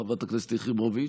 חברת הכנסת יחימוביץ,